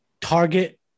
target